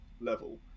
level